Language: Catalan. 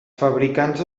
fabricants